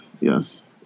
yes